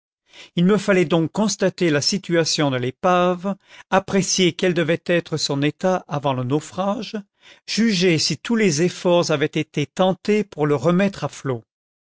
il me fallait donc constater la situation de l'épave apprécier quel devait être son état avant le naufrage juger si tous les efforts avaient été tentés pour le remettre à flot